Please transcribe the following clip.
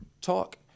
Talk